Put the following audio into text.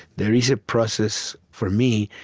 there is a process, for me,